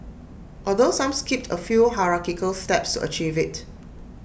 although some skipped A few hierarchical steps to achieve IT